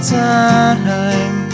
time